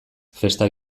festa